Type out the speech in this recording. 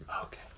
Okay